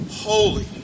holy